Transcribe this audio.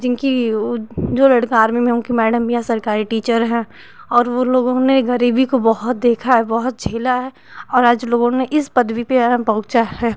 जिनकी वो जो लड़का आर्मी में है उनकी मैडम भी आज सरकारी टीचर हैं और वो लोगों ने गरीबी को बहुत देखा है बहुत झेला है और आज लोगों ने इस पदवी पर पहुँचा है